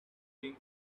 being